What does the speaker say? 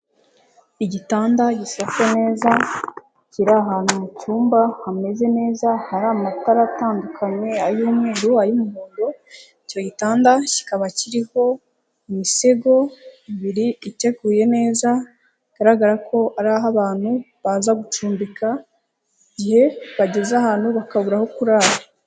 Igitanda gisaka neza, kiri ahantu mu cyumba, hameze neza, hari amatara atandukanye, ay'umweru, ay'umuhondo, cyayitanda kikaba kiriho imisego ibiri iteguye neza, bigaragara ko ari aho abantu baza gucumbika, igihe bageze ahantu bakabura aho kurara.